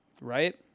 Right